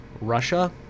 Russia